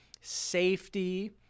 safety